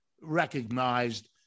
recognized